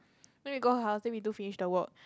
then we go her house then we do finish the work